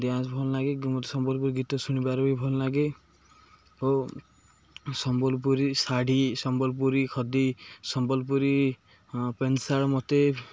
dance ଭଲ ନାଗେ ସମ୍ବଲପୁରୀ ଗୀତ ଶୁଣିବାର ବି ଭଲ ନାଗେ ଓ ସମ୍ବଲପୁରୀ ଶାଢ଼ୀ ସମ୍ବଲପୁରୀ ଖଦୀ ସମ୍ବଲପୁରୀ ମୋତେ